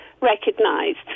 recognised